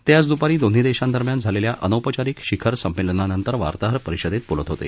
ते आज दुपारी दोन्ही देशांदरम्यान झालेल्या अनौपचारिक शिखर संमेलनानंतर वार्ताहर परिषदेत बोलत होते